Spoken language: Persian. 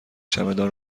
چمدان